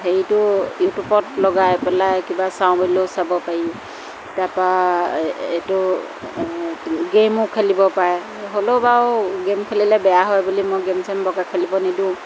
হেৰিটো ইউটিউবত লগাই পেলাই কিবা চাওঁ বুলিলেও চাব পাৰি তাৰপৰা এইটো গেমো খেলিব পাৰে হ'লেও বাৰু গেম খেলিলে বেয়া হয় বুলি মই গেম চেম বৰকৈ খেলিব নিদিওঁ